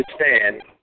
understand